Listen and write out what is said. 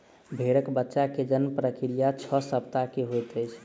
भेड़क बच्चा के जन्म प्रक्रिया छह सप्ताह के होइत अछि